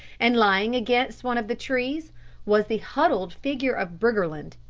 and lying against one of the trees was the huddled figure of briggerland.